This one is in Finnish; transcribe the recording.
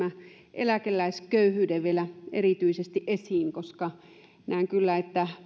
eläkeläisköyhyyden vielä erityisesti esiin koska näen niin että